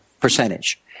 percentage